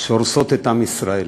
שהורסות את עם ישראל.